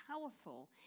powerful